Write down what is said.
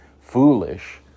foolish